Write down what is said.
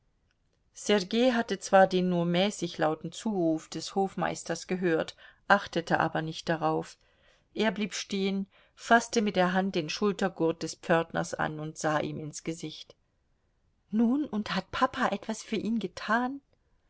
sergei hatte zwar den nur mäßig lauten zuruf des hofmeisters gehört achtete aber nicht darauf er blieb stehen faßte mit der hand den schultergurt des pförtners an und sah ihm ins gesicht nun und hat papa etwas für ihn getan